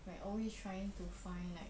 we're always trying to find like